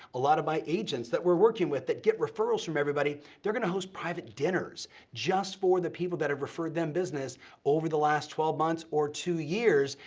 a lot of my agents that we're working with that get referrals from everybody, they're gonna host private dinners just for the people that have referred them business over the last twelve months or two years,